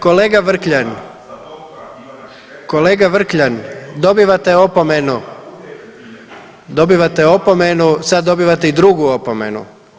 Kolega Vrkljan, kolega Vrkljan, dobivate opomenu, dobivate opomenu, sad dobivate i drugu opomenu.